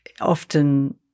often